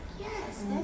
yes